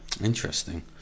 Interesting